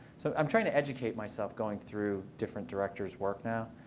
so i'm trying to educate myself going through different directors' work now.